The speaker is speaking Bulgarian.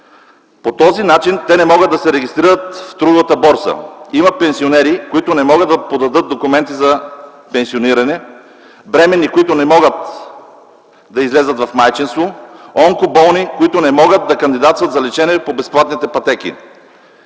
По този начин те не могат да се регистрират на трудовата борса. Има пенсионери, които не могат да подадат документи за пенсиониране; бременни, които не могат да излязат в майчинство; онкоболни, които не могат да кандидатстват за лечение по безплатните пътеки.